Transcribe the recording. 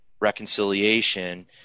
reconciliation